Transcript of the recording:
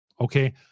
Okay